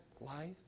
life